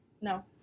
No